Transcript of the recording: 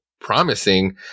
promising